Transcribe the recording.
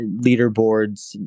leaderboards